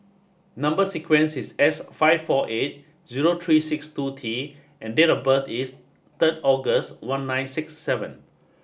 number sequence is S five four eight zero three six two T and date of birth is third August one nine six seven